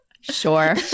Sure